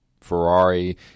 Ferrari